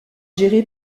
géré